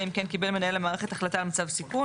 אם כן קיבל מנהל המערכת החלטה על מצב סיכון,